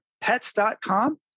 pets.com